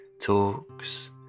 talks